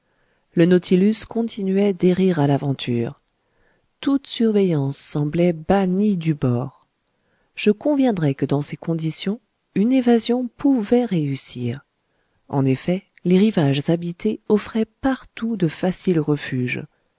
le nautilus continuait d'errer à l'aventure toute surveillance semblait bannie du bord je conviendrai que dans ces conditions une évasion pouvait réussir en effet les rivages habités offraient partout de faciles refuges